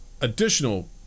additional